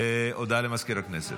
הודעה למזכיר הכנסת.